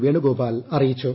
വേണുഗോപാൽ അറിയിച്ചു